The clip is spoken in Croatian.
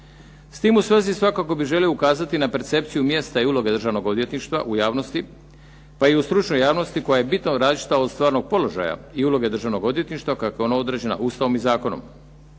S tim u svezi svakako bih želio ukazati na percepciju mjesta i uloge Državnog odvjetništva u javnosti, pa i u stručnoj javnosti koja je bitno različita od stvarnog položaja i uloge Državnog odvjetništva kako je ona određena Ustavom i zakonom.